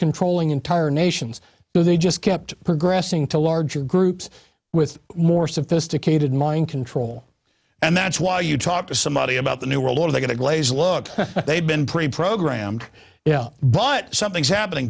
controlling entire nations so they just kept progressing to larger groups with more sophisticated mind control and that's why you talk to somebody about the new world order to get a glazed look they've been preprogrammed yeah but something's happening